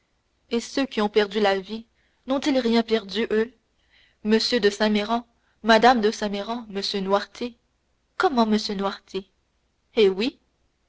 et ceux qui ont perdu la vie n'ont-ils rien perdu eux m de saint méran mme de saint méran m noirtier comment m noirtier eh oui